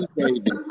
baby